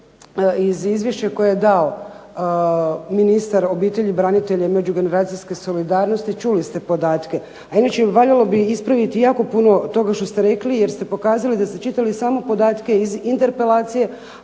iz izvješća koja je dao ministar obitelji, branitelja i međugeneracijske solidarnosti čuli ste podatke. A inače valjalo bi ispraviti jako puno toga što ste rekli jer ste pokazali da ste čitali samo podatke iz interpelacije,